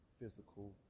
physical